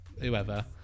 whoever